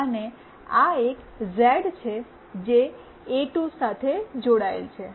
અને આ એક ઝેડ છે જે એ2 થી જોડાયેલ છે